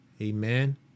Amen